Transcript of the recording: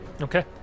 Okay